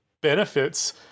benefits